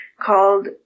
called